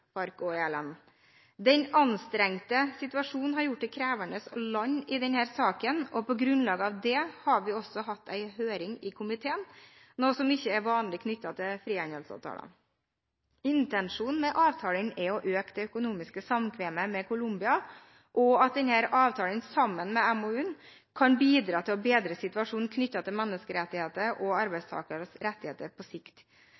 FARC og ELN. Den anstrengte situasjonen har gjort det krevende å lande i denne saken. På grunnlag av det har vi hatt en høring i komiteen, noe som ikke er vanlig i forbindelse med frihandelsavtaler. Intensjonen med avtalen er å øke det økonomiske samkvemmet med Colombia, og at avtalen, sammen med MoU-en, på sikt kan bidra til å bedre situasjonen knyttet til menneskerettigheter og